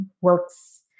Works